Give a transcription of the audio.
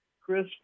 Chris